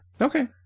Okay